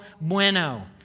bueno